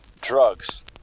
drugs